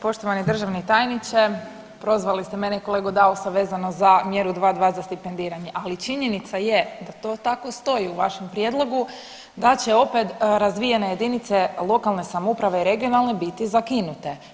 Poštovani državni tajniče, prozvali ste mene i kolegu Dausa vezano za mjeru 2 2 za stipendiranje, ali činjenica je da to tako stoji u vašem prijedlogu da će opet razvijene jedinice lokalne samouprave i regionalne biti zakinute.